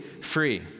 free